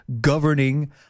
governing